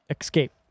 Escape